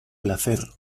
placer